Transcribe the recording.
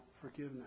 forgiveness